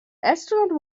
astronaut